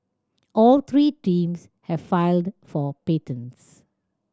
all three teams have filed for patents